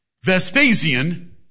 Vespasian